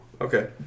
Okay